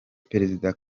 perezida